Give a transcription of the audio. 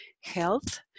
Health